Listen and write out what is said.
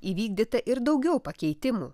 įvykdyta ir daugiau pakeitimų